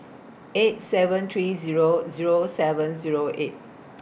eight seven three Zero Zero seven Zero eight